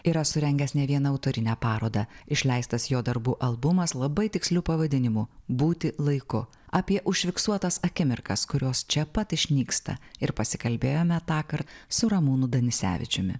yra surengęs ne vieną autorinę parodą išleistas jo darbų albumas labai tiksliu pavadinimu būti laiku apie užfiksuotas akimirkas kurios čia pat išnyksta ir pasikalbėjome tąkart su ramūnu danisevičiumi